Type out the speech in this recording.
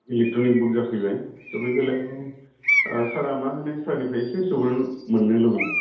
electronic book जाफैबाय त' बे बेलायाव सारआ मा होनो सारनिफ्राय इसे सुबुरन मोननो लुबैदों